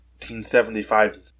1975